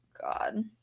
God